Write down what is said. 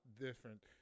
different